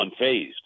unfazed